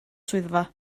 swyddfa